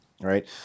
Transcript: Right